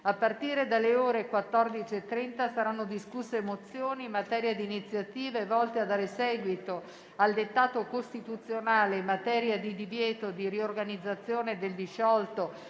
A partire dalle ore 14,30, saranno discusse mozioni su iniziative volte a dare seguito al dettato costituzionale in materia di divieto di riorganizzazione del disciolto